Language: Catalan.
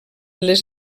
les